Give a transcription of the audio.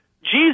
Jesus